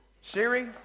Siri